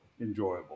enjoyable